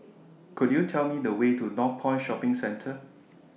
Could YOU Tell Me The Way to Northpoint Shopping Centre